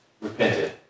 repented